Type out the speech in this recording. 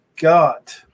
got